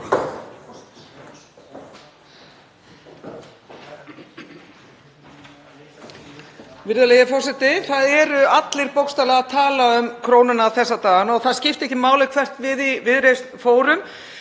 Virðulegi forseti. Það eru allir bókstaflega að tala um krónuna þessa dagana og það skiptir ekki máli hvert við í Viðreisn fórum